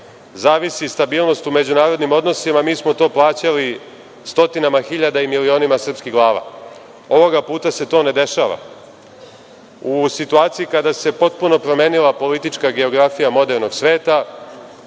zavisi stabilnost u međunarodnim odnosima, mi smo to plaćali stotinama hiljada i milionima srpskih glava. Ovoga puta se to ne dešava.U situaciji kada se potpuno promenila politička geografija modernog sveta,